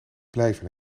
blijven